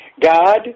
God